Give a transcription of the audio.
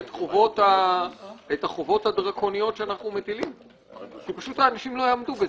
את החובות הדרקוניות שאנחנו מטילים כי פשוט האנשים לא יעמדו בזה.